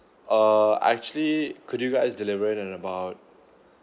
err actually could you guys deliver it in about